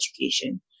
education